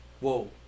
whoa